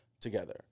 together